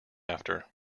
after